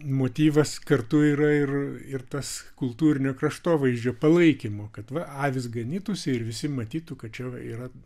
motyvas kartu yra ir ir tas kultūrinio kraštovaizdžio palaikymo kad va avys ganytųsi ir visi matytų kad čia yra